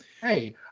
Hey